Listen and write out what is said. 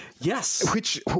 Yes